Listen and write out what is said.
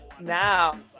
now